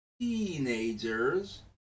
teenagers